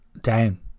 down